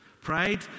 Pride